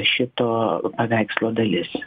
šito paveikslo dalis